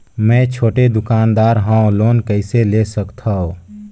मे छोटे दुकानदार हवं लोन कइसे ले सकथव?